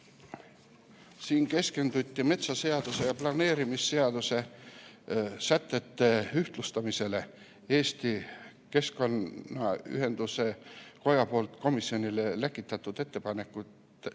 Siin keskenduti metsaseaduse ja planeerimisseaduse sätete ühtlustamisele, Eesti Keskkonnaühenduste Kojast komisjonile läkitatud ettepanekute